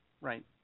Right